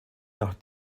nach